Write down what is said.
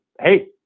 hey